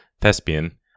thespian